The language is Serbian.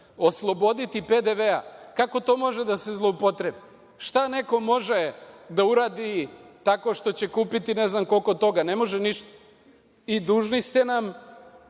osloboditi PDV-a. Kako to može da se zloupotrebi? Šta neko može da uradi tako što će kupiti, ne znam koliko toga. Ne može ništa. I, dužni ste nam